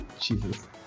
Jesus